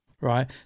right